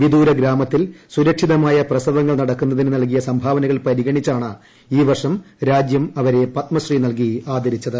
വിദൂര ഗ്രാമത്തിൽ സുരക്ഷിതമായ പ്രസവങ്ങൾ നടക്കുന്നതിന് നൽകിയ സംഭാവനകൾ പരിഗണിച്ചാണ് ഈ വർഷം രാജൃം അവരെ പത്മശ്രീ നൽകി ആദരിച്ചത്